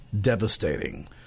devastating